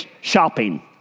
shopping